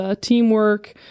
teamwork